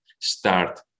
start